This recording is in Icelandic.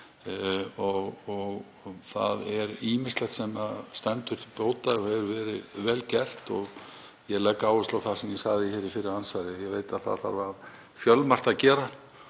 Það er ýmislegt sem stendur bóta og hefur verið vel gert og ég legg áherslu á það sem ég sagði í fyrra andsvari að ég veit að það þarf fjölmargt að gera